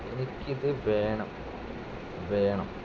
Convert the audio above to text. എനിക്കിത് വേണം വേണം